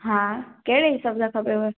हा कहिड़े हिसाब सां खपेव